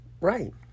Right